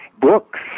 books